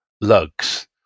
lugs